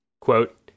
Quote